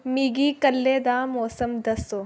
मिगी कल्लै दा मौसम दस्सो